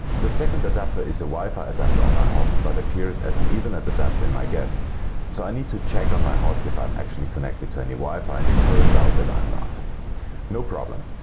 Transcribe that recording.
the second adapter is a wifi adapter on my host but appears as an ethernet adapter in my guest so i need to check on my host if i am actually connected to any wifi and it turns out that i am not no problem,